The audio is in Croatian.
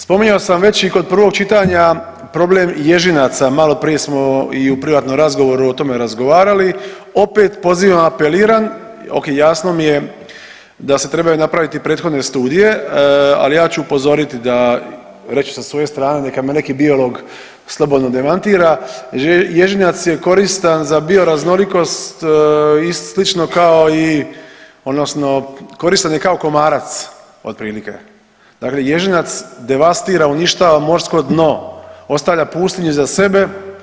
Spominjao sam već i kod prvog čitanja problem ježinaca, maloprije smo i u privatnom razgovoru o tome razgovarali, opet pozivam, apeliram, okej, jasno mi je da se trebaju napraviti prethodne studije, ali ja ću upozoriti da, reći ću sa svoje strane, neka me neki biolog slobodno demantira, ježinac je koristan za bioraznolikost i slično kao i odnosno koristan je kao komarac otprilike, dakle ježinac devastira, uništava morsko dno, ostavlja pustinju iza sebe.